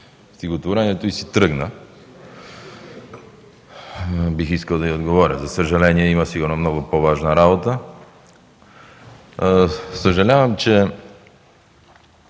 стихотворението и си тръгна. Бих искал да й отговоря, но за съжаление, сигурно има много по-важна работа. Съжалявам, че